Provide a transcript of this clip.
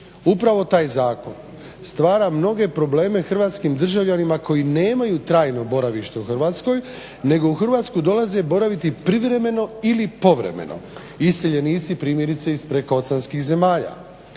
Upravo taj zakon stvara mnoge probleme hrvatskim državljanima koji nemaju trajno boravište u Hrvatskoj nego u Hrvatsku dolaze boraviti privremeno ili povremeno, iseljenici primjerice iz prekooceanskih zemalja.